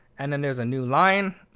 and then there's a new line.